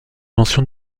mention